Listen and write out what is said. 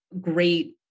great